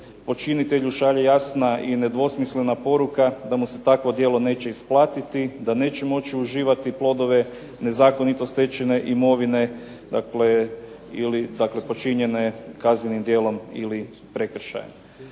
počinitelju šalje jasna i nedvosmislena poruka da mu se takvo djelo neće isplatiti, da neće moći uživati plodove nezakonito stečevine imovine ili počinjene kaznenim djelom ili prekršajem.